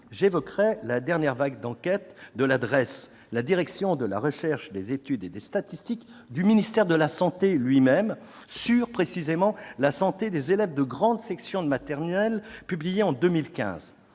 j'évoquerai la dernière vague d'enquête de la direction de la recherche, des études et des statistiques du ministère de la santé, la DREES, sur la santé des élèves de grande section de maternelle, publiée en 2015.